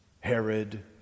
Herod